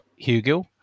Hugill